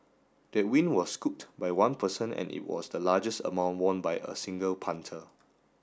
that win was scooped by one person and it was the largest amount won by a single punter